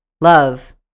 love